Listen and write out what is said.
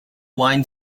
wine